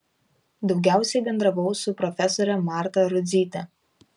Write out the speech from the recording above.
daugiausiai bendravau su profesore marta rudzyte